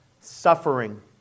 suffering